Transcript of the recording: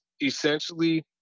essentially